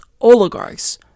oligarchs